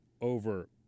over